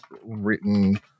written